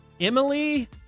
Emily